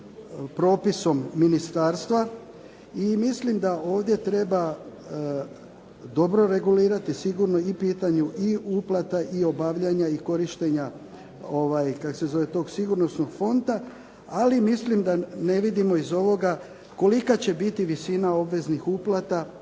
propisom ministarstva i mislim da ovdje treba dobro regulirati sigurno i pitanje i uplata i obavljanja, i korištenja tog sigurnosnog fonda ali mislim da ne vidimo iz ovoga kolika će biti visina obveznih uplata